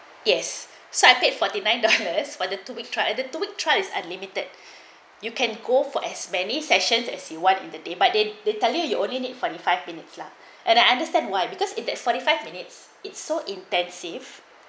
yes so I paid forty nine dollars for the two we tried and the two week tries is limited you can go for as many sessions as you want in the day but did they tell you you only need forty five minutes lah and I understand why because it that forty five minutes it's so intensive